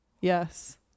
Yes